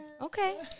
okay